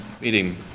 meeting